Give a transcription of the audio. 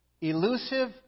elusive